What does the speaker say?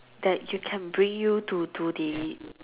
that you can bring you to to the